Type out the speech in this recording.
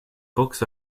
books